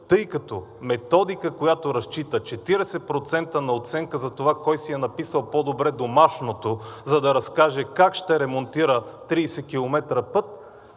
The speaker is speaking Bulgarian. тъй като методика, която разчита 40% на оценка за това кой си е написал по-добре домашното, за да разкаже как ще ремонтира 30 км път,